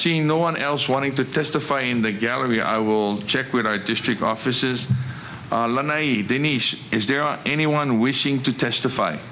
scene no one else wanted to testify in the gallery i will check with my district offices is there anyone wishing to testify